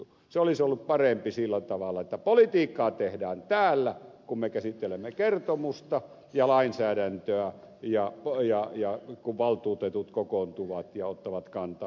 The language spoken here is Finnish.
se olisi ollut parempi sillä tavalla että politiikkaa tehdään täällä kun me käsittelemme kertomusta ja lainsäädäntöä ja silloin kun valtuutetut kokoontuvat ja ottavat kantaa